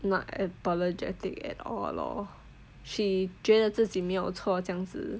not apologetic at all lor she 觉得自己没有错这样子